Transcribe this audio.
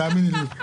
תאמיני לי.